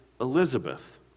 Elizabeth